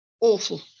Awful